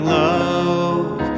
love